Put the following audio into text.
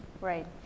Right